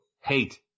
Hate